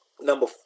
number